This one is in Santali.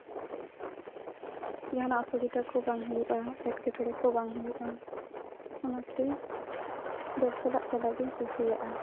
ᱡᱟᱦᱟᱸᱱᱟᱜ ᱚᱥᱩᱵᱤᱫᱟ ᱠᱚ ᱵᱟᱝ ᱦᱩᱭᱩᱜᱼᱟ ᱮᱴᱠᱮᱴᱚᱬᱮ ᱠᱚ ᱵᱟᱝ ᱦᱩᱭᱩᱜᱼᱟ ᱚᱱᱟᱛᱮ ᱫᱚᱞ ᱥᱟᱞᱟᱜ ᱪᱟᱞᱟᱜᱤᱧ ᱠᱩᱥᱤᱭᱟᱜᱼᱟ